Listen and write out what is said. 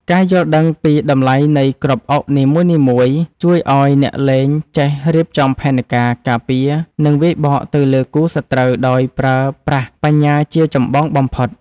ការយល់ដឹងពីតម្លៃនៃគ្រាប់អុកនីមួយៗជួយឱ្យអ្នកលេងចេះរៀបចំផែនការការពារនិងវាយបកទៅលើគូសត្រូវដោយប្រើប្រាស់បញ្ញាជាចម្បងបំផុត។